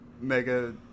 Mega